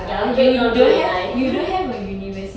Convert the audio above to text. your grade not good enough